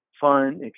fun